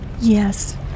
Yes